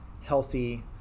healthy